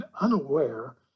unaware